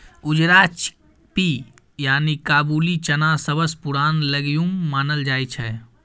उजरा चिकपी यानी काबुली चना सबसँ पुरान लेग्युम मानल जाइ छै